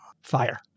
fire